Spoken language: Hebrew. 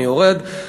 אני יורד.